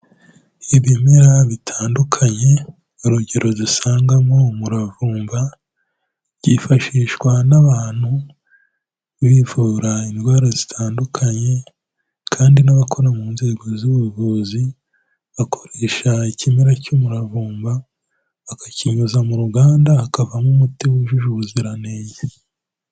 Ibimera bitandukanye urugero dusangamo umuravumba, byifashishwa n'abantu bivura indwara zitandukanye kandi n'abakora mu nzego z'ubuvuzi bakoresha ikimera cy'umuravumba bakakinyuza mu ruganda hakavamo umuti wujuje ubuziranenge.